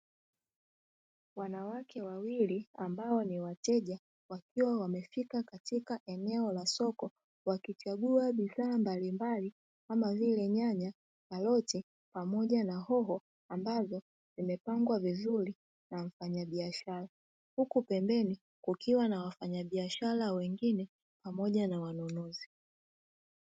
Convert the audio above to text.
Wanawake wawili ambao ni wateja wakiwa wamefika katika eneo la soko, wakichagua bidhaa mbalimbali kama vile: nyanya, karoti pamoja na hoho; ambazo zimepangwa vizuri na mfanyabiashara, huku pembeni kukiwa na wafanyabiashara wengine pamoja na wanunuzi.